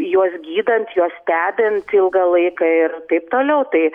juos gydant juos stebint ilgą laiką ir taip toliau tai